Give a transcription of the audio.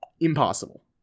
impossible